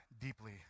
deeply